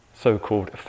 so-called